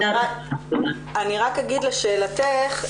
אני רק אגיד לשאלתך,